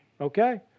Okay